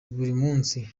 munsi